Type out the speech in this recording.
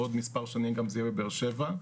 בעוד מספר שנים זה יהיה גם בבאר שבע.